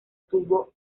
tuvo